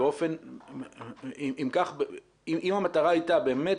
אם המטרה הייתה באמת